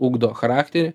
ugdo charakterį